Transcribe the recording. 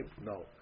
No